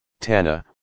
Tana